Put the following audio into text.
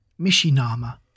Mishinama